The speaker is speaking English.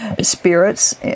spirits